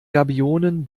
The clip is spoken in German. gabionen